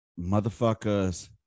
motherfuckers